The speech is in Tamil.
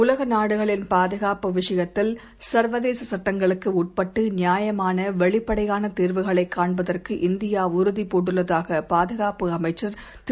உலகநாடுகளின்பாதுகாப்புவிஷயத்தில் சர்வதேசசட்டங்களுக்குஉட்பட்டுநியாயமானவெளிப்படையானதீர்வுகளைகாண்பத ற்குஇந்தியாஉறுதிபூண்டுள்ளதாகபாதுகாப்புஅமைச்சர்திரு